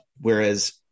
whereas